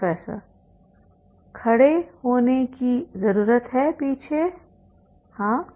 professor खड़े होने की जरूरत है पीछे हाँ